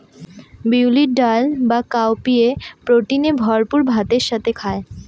বিউলির ডাল বা কাউপিএ প্রোটিনে ভরপুর ভাতের সাথে খায়